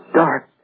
dark